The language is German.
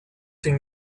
den